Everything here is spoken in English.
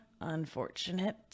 unfortunate